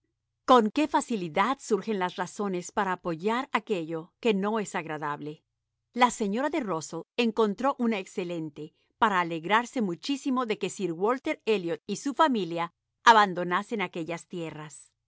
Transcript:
con qué facilidad surgen las razones para apoyar aquello que nos es agradable la señora de rusell encontró una excelente para alegrarse muchísimo de que sir walter elliot y su familia abandonasen aquellas tierras